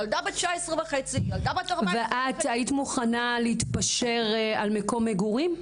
ילדה בת 19.5 וילדה בת 14.5 --- את היית מוכנה להתפשר על מקום מגורים?